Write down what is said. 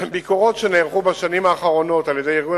ביקורות שנערכו בשנים האחרונות על-ידי ארגון